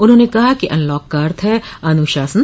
उन्होंने कहा कि अनलॉक का अर्थ है अनुशासन